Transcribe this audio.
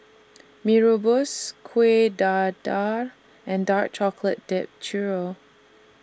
Mee Rebus Kuih Dadar and Dark Chocolate Dipped Churro